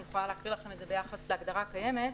אני יכולה להקריא לכם את זה ביחס להגדרה הקיימת,